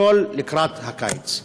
הכול, לקראת הקיץ.